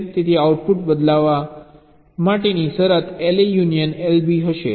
તેથી આઉટપુટ બદલવા માટેની શરત LA યુનિયન LB હશે